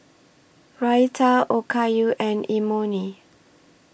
Raita Okayu and Imoni